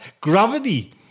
Gravity